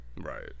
Right